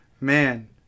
man